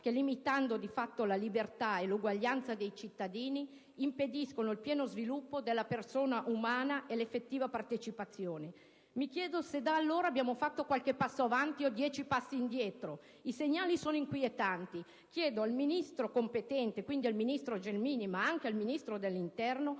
che, limitando di fatto la libertà e l'uguaglianza dei cittadini, impediscono il pieno sviluppo della persona umana e l'effettiva partecipazione. Mi chiedo se da allora abbiamo fatto qualche passo avanti o dieci passi indietro. I segnali sono inquietanti. Chiedo ai Ministri competenti, dell'istruzione, dell'università e della ricerca e dell'interno